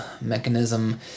mechanism